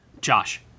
Josh